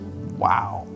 Wow